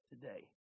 today